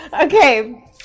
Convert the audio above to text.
Okay